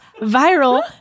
viral